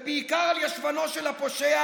ובעיקר על ישבנו של הפושע,